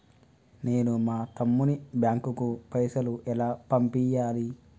నేను మా తమ్ముని బ్యాంకుకు పైసలు ఎలా పంపియ్యాలి?